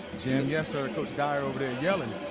yeah um yeah so coach dyer but yelling,